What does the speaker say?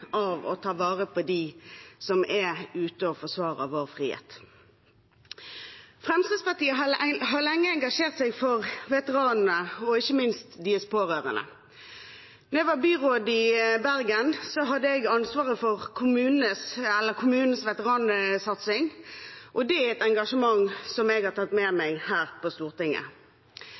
av å ta vare på dem som er ute og forsvarer vår frihet. Fremskrittspartiet har lenge interessert seg for veteranene og ikke minst deres pårørende. Da jeg var byråd i Bergen, hadde jeg ansvaret for kommunens veteransatsing, og det er et engasjement jeg har tatt med meg hit til Stortinget.